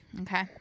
Okay